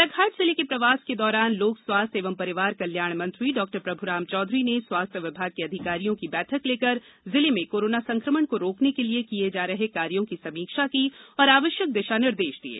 बालाघाट जिले के प्रवास के दौरान लोक स्वास्थ्य एवं परिवार कल्याण मंत्री डॉ प्रभ्राम चौधरी ने स्वास्थ्य विभाग के अधिकारियों की बैठक लेकर जिले में कोरोना संक्रमण को रोकने के लिए किये जा रहे कार्यों की समीक्षा की और आवश्यक दिशा निर्देश दिये